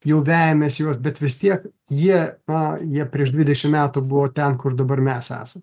jau vejamės juos bet vis tiek jie na jie prieš dvidešim metų buvo ten kur dabar mes esam